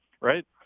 Right